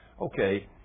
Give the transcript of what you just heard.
Okay